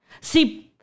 See